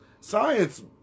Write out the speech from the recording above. science